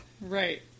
Right